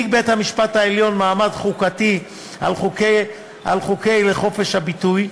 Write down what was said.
העניק בית-המשפט העליון מעמד חוקתי על-חוקי לחופש הביטוי,